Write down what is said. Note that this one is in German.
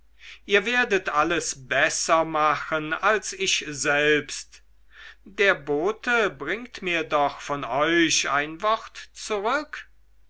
ihr werdet alles besser machen als ich selbst der bote bringt mir doch von euch ein wort zurück